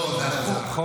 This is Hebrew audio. לא, זה החוק.